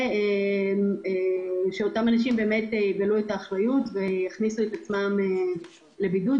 ושאותם אנשים יגלו אחריות ויכניסו את עצמם לבידוד,